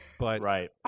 Right